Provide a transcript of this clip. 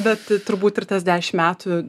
bet turbūt ir tas dešim metų